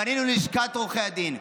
פנינו ללשכת עורכי הדין,